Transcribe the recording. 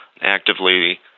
actively